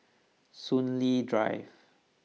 Soon Lee Drive